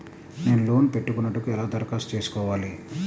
నేను లోన్ పెట్టుకొనుటకు ఎలా దరఖాస్తు చేసుకోవాలి?